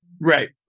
right